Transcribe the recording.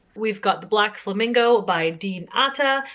we've got the black flamingo by dean atta.